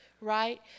right